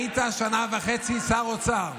היית שנה וחצי שר אוצר,